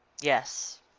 Yes